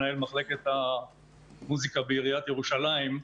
מנהלת מחלקת המוסיקה בעיריית ירושלים,